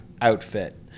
outfit